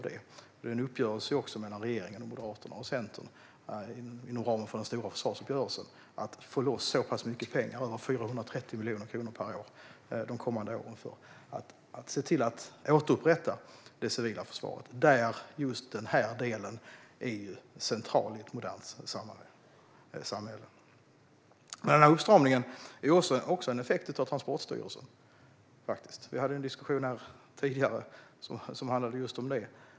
Det finns en uppgörelse mellan regeringen, Moderaterna och Centern inom ramen för den stora försvarsuppgörelsen om att få loss så pass mycket pengar, över 430 miljoner kronor per år de kommande åren, för att återupprätta det civila försvaret, där just denna del är central i ett modernt samhälle. Uppstramningen är faktiskt också en effekt av händelserna vid Transportstyrelsen. Vi hade tidigare en diskussion som handlade om just detta.